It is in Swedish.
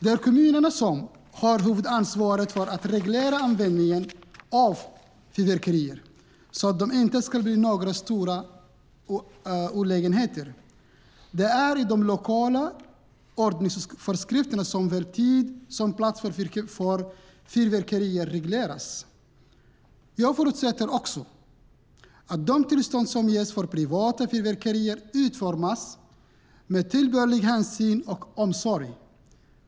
Det är kommunerna som har huvudansvaret för att reglera användningen av fyrverkerier så att de inte ska bli några stora olägenheter. Det är i de lokala ordningsföreskrifterna som såväl tid som plats för fyrverkerier regleras. Jag förutsätter också att de tillstånd som ges för privata fyrverkerier utformas med tillbörlig hänsyn och omsorg.